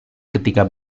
ketika